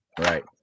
Right